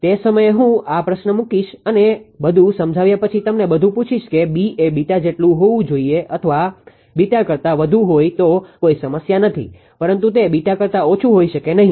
તે સમયે હું આ પ્રશ્ન મૂકીશ અને બધું સમજાવ્યા પછી તમને બધું પુછીશ કે B એ જેટલું હોવું જોઈએ અથવા કરતા વધુ હોઈ તો કોઈ સમસ્યા નથી પરંતુ તે કરતા ઓછું હોઈ શકે નહીં